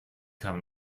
kann